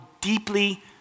deeply